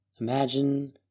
Imagine